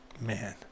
Man